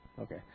Okay